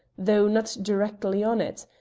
though not directly on it,